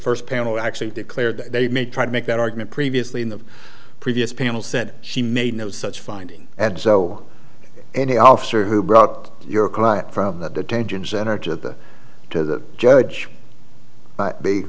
first panel actually declared they may try to make that argument previously in the previous panel said she made no such finding and so any officer who brought your client from the detention center to the to the judge